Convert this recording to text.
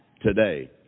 today